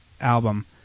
album